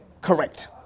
Correct